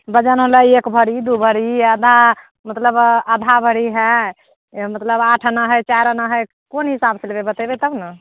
बजन ओ लै एक भरी दू भरी अदा मतलब आधा भरी है मतलब आठ अना है चार अना है कोन हिसाबसँ लेबै बतेबै तब ने